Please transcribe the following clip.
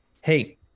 hey